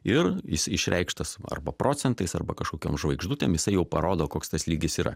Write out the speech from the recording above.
ir jis išreikštas arba procentais arba kažkokiom žvaigždutėm jisai jau parodo koks tas lygis yra